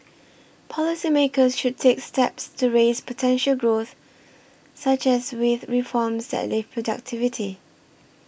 policy makers should take steps to raise potential growth such as with reforms that lift productivity